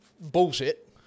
Bullshit